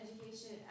education